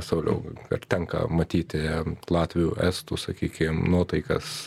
sauliau ar tenka matyti latvių estų sakykim nuotaikas